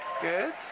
good